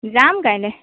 যাম কাইলৈ